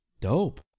Dope